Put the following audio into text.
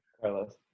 Carlos